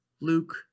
Luke